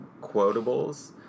quotables